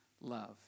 love